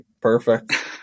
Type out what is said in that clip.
Perfect